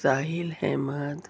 Sahil Ahmad